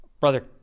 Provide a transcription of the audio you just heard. brother